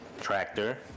tractor